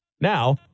Now